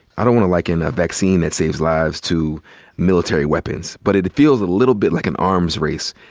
i don't want to liken a vaccine that saves lives to military weapons. but it feels a little bit like an arms race.